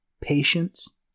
patience